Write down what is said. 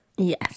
Yes